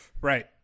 Right